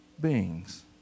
beings